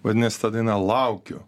vadinasi ta daina laukiu